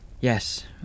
Yes